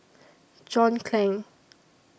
John Clang